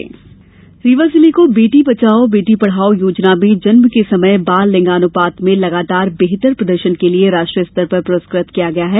बेटी बचाओ बेटी पढाओ रीवा जिले को बेटी बचाओ बेटी पढ़ाओ योजना में जन्म के समय बाल लिंगानुपात में लगातार बेहतर प्रदर्शन के लिए राष्ट्रीय स्तर पर प्रस्कृत किया गया है